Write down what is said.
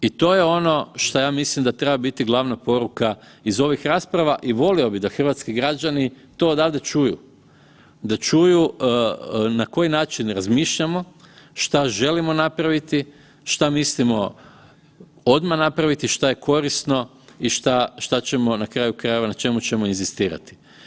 I to je ono šta ja mislim da treba biti glavna poruka iz ovih rasprava i volio bih da hrvatski građani to odavde čuju, da čuju na koji način razmišljamo, šta želimo napraviti, šta mislimo odmah napraviti, šta je korisno i šta ćemo na kraju krajeva na čemu ćemo inzistirati.